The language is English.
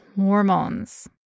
hormones